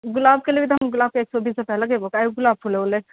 गुलाबके लेबै तऽ हम गुलाबके एक सए बीस रुपैआ लगैबो कए गो गुलाब फूल लेबौ लै